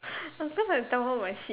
uh cause I tell her my seat